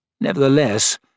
Nevertheless